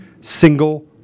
single